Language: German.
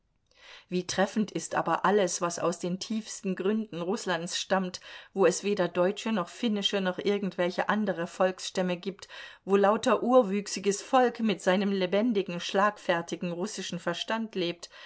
wie treffend ist aber alles was aus den tiefsten gründen rußlands stammt wo es weder deutsche noch finnische noch irgendwelche andere volksstämme gibt wo lauter urwüchsiges volk mit seinem lebendigen schlagfertigen russischen verstand lebt